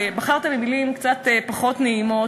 ובחרת במילים קצת פחות נעימות,